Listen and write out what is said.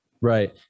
Right